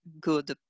good